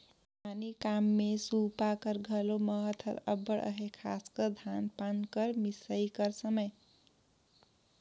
किसानी काम मे सूपा कर घलो महत हर अब्बड़ अहे, खासकर धान पान कर मिसई कर समे